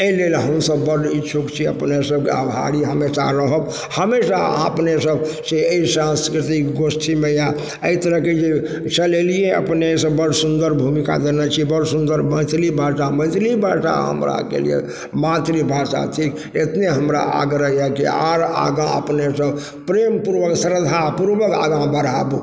एहि लेल हमसब बड़ इच्छुक छी अपने सभके आभारी हमेशा रहब हमेशा अपने सबसँ एहि सांस्कृतिक गोष्ठीमे या अहि तरहके जे चलेलियै अपने से बड़ सुन्दर भूमिका देने छी बड़ सुन्दर मैथिली भाषा मैथिली भाषा हमरा आरके लिए मातृभाषा थिक एतने हमरा आग्रह यऽ कि आर आगा अपने सब प्रेमपुर्वक श्रद्धापुर्वक आगा बढ़ाबु